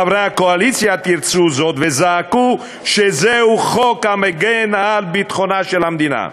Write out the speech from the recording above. חברי הקואליציה תירצו זאת וזעקו שזהו חוק המגן על ביטחונה של המדינה.